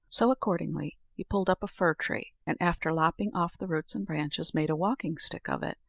so, accordingly, he pulled up a fir tree, and, after lopping off the roots and branches, made a walking-stick of it,